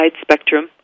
spectrum